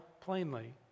plainly